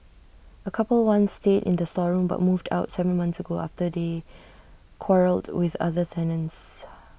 A couple once stayed in the storeroom but moved out Seven months ago after they quarrelled with other tenants